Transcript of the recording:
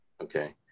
okay